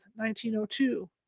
1902